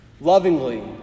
Lovingly